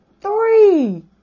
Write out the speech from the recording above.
three